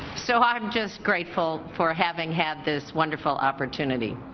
so i'm just grateful for having had this wonderful opportunity